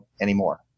anymore